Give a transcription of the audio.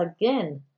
again